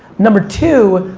number two,